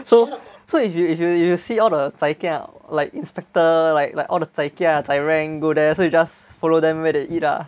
so if you if you you see all the zai kia like inspector like like all the zai kia zai rank go there so you just follow them where they eat lah